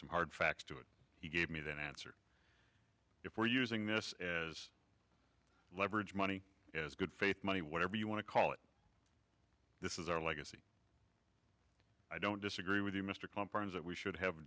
some hard facts to and he gave me the answer before using this as leverage money as good faith money whatever you want to call it this is our legacy i don't disagree with you mr compromise that we should have